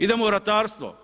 Idemo u ratarstvo.